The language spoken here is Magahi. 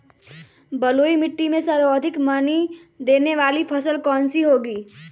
बलुई मिट्टी में सर्वाधिक मनी देने वाली फसल कौन सी होंगी?